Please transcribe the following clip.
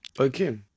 Okay